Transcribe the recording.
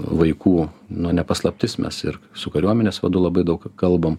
vaikų nu ne paslaptis mes ir su kariuomenės vadu labai daug kalbam